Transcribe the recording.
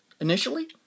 initially